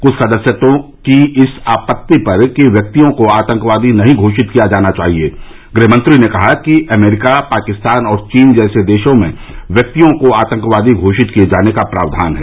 कुछ सदस्यों की इस आपत्ति पर कि व्यक्तियों को अंतकवादी नहीं घोषित किया जाना चाहिए गृह मंत्री ने कहा कि अमरीका पाकिस्तान और चीन जैसे देशों में व्यक्तियों को आंतकवादी घोषित किए जाने का प्रावधान है